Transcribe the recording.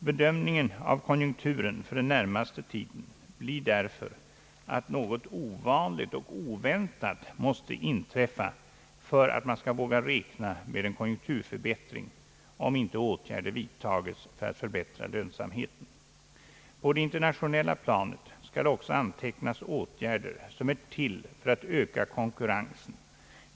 Bedömningen av konjunkturen för den närmaste tiden blir därför att något ovanligt och oväntat måste inträffa för att man skall våga räkna med en konjunkturförbättring om inte åtgärder vidtages för att förbättra lönsamheten. På det internationella planet skall också antecknas åtgärder som är till för att öka konkurrensen.